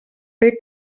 fer